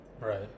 right